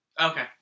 Okay